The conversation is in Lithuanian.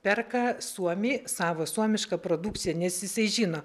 perka suomiai savo suomišką produkciją nes jisai žino